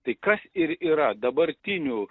tai kas ir yra dabartiniu